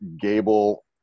Gable